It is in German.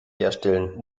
herstellen